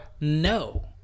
No